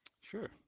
sure